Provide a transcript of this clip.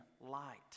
light